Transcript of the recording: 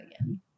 again